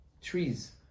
trees